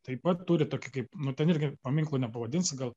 taip pat turi tokį kaip nu ten irgi paminklu nepavadinsi gal